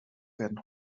werden